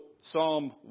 Psalm